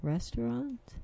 Restaurant